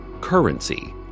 currency